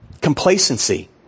Complacency